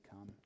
come